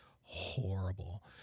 horrible